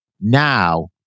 now